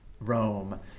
Rome